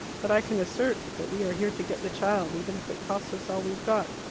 but i can assert that we are here to get the child, even if it costs us all we've got.